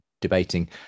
debating